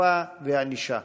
אכיפה וענישה.